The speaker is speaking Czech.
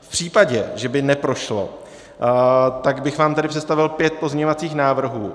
V případě, že by neprošlo, tak bych vám tedy představil pět pozměňovacích návrhů.